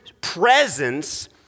presence